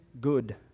good